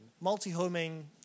Multi-homing